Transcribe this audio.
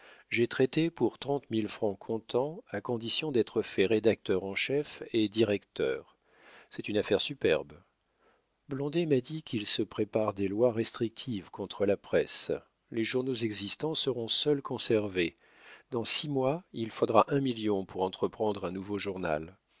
j'ai traité pour trente mille francs comptant à condition d'être fait rédacteur en chef et directeur c'est une affaire superbe blondet m'a dit qu'il se prépare des lois restrictives contre la presse les journaux existants seront seuls conservés dans six mois il faudra un million pour entreprendre un nouveau journal